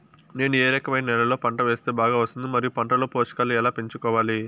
ఏ రకమైన నేలలో పంట వేస్తే బాగా వస్తుంది? మరియు పంట లో పోషకాలు ఎలా పెంచుకోవాలి?